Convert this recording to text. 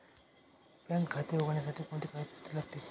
Bank खाते उघडण्यासाठी कोणती कागदपत्रे लागतील?